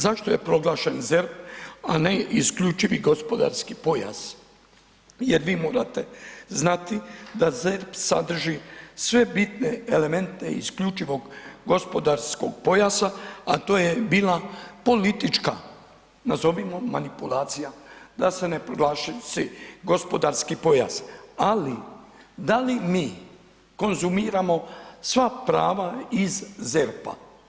Zašto je proglašen ZERP a ne isključivi gospodarski pojas jer vi morate znati da ZERP sadrži sve bitne elemente isključivog gospodarskog pojasa a to je bila politička nazovimo, manipulacija da se ne proglasi gospodarski pojas ali da li mi konzumiramo sva prava iz ZERP-a?